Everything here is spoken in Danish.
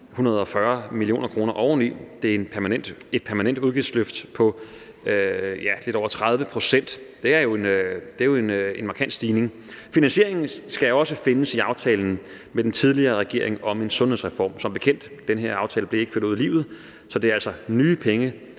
140 mio. kr. oveni er det så et permanent udgiftsløft på lidt over 30 pct. Det er jo en markant stigning. Finansieringen skal også findes i aftalen med den tidligere regering om en sundhedsreform – som bekendt blev den her aftale ikke ført ud i livet – så det er altså nye penge,